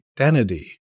identity